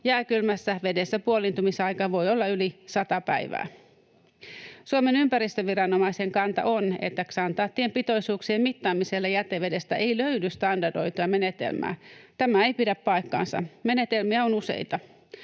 Jääkylmässä vedessä puoliintumisaika voi olla yli sata päivää. Suomen ympäristöviranomaisen kanta on, että ksantaattien pitoisuuksien mittaamiselle jätevedestä ei löydy standardoitua menetelmää. Tämä ei pidä paikkaansa. Menetelmiä on useita.